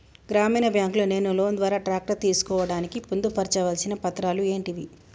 గ్రామీణ బ్యాంక్ లో నేను లోన్ ద్వారా ట్రాక్టర్ తీసుకోవడానికి పొందు పర్చాల్సిన పత్రాలు ఏంటివి?